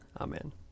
Amen